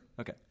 Okay